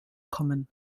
kommen